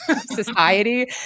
society